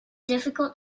difficult